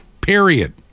Period